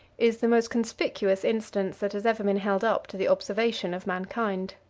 is the most conspicuous instance that has ever been held up to the observation of mankind.